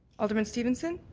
alderman stevenson?